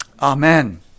Amen